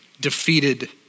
defeated